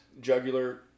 Jugular